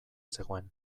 zegoen